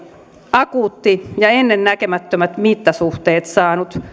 akuutti ja ennennäkemättömät mittasuhteet saanut